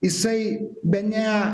jisai bene